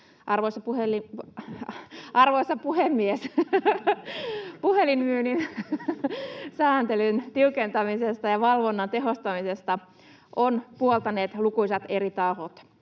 Arvoisa puhemies! Puhelinmyynnin sääntelyn tiukentamista ja valvonnan tehostamista ovat puoltaneet lukuisat eri tahot.